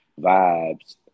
vibes